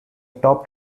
top